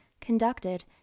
conducted